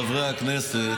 חברי הכנסת,